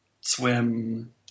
swim